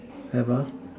never